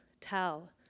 tell